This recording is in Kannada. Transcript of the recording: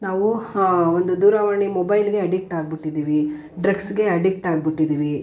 ನಾವು ಒಂದು ದೂರವಾಣಿ ಮೊಬೈಲ್ಗೆ ಅಡಿಕ್ಟ್ ಆಗ್ಬಿಟ್ಟಿದ್ದೀವಿ ಡ್ರಗ್ಸ್ಗೆ ಅಡಿಕ್ಟ್ ಆಗ್ಬಿಟ್ಟಿದ್ದೀವಿ